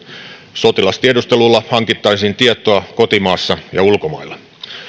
sotilastiedustelulla hankittaisiin tietoa kotimaassa ja ulkomailla